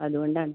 അതുകൊണ്ടാണ്